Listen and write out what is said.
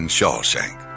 Shawshank